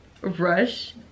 rush